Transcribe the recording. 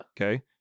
okay